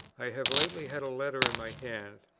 i have lately had a letter in my hands,